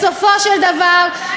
חברת הכנסת רוזין.